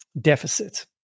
deficit